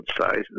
size